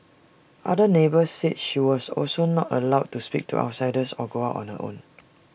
other neighbours said she was also not allowed to speak to outsiders or go out on her own